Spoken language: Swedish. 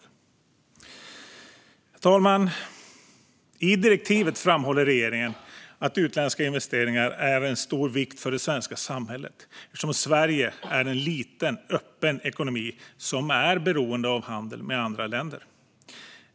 Herr talman! I direktivet framhåller regeringen att utländska investeringar är av stor vikt för det svenska samhället eftersom Sverige är en liten, öppen ekonomi som är beroende av handel med andra länder.